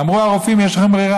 אמרו הרופאים: יש לכם ברירה,